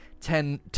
ten